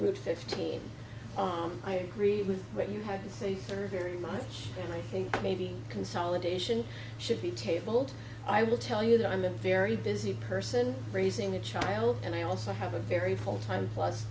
route fifteen i agree with what you have to say are very much and i think maybe consolidation should be tabled i will tell you that i'm a very busy person raising a child and i also have a very full time